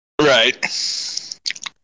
right